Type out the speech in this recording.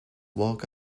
walk